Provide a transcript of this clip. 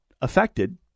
affected